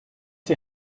die